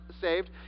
saved